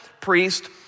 priest